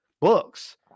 books